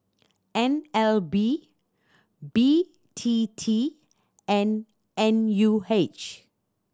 N L B B T T and N U H